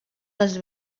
les